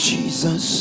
Jesus